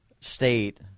state